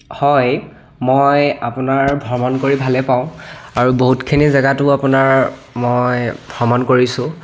হয় মই আপোনাৰ ভ্ৰমণ কৰি ভালেই পাওঁ আৰু বহুতখিনি জেগাতো আপোনাৰ মই ভ্ৰমণ কৰিছোঁ